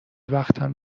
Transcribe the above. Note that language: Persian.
وقتم